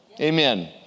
amen